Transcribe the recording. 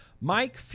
Mike